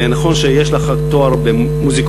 נכון שיש לך רק תואר במוזיקולוגיה,